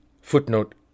Footnote